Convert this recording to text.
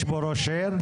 יש פה ראש עיר?